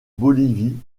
bolivie